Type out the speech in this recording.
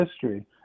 history